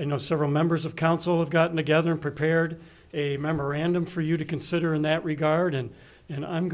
you know several members of council have gotten together prepared a memorandum for you to consider in that regard and and i'm